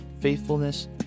faithfulness